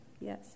Yes